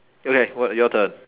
okay what your turn